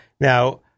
Now